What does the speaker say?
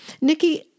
Nikki